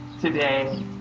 today